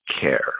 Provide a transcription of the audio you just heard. care